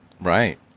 right